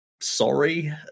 Sorry